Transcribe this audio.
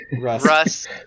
Russ